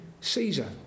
Caesar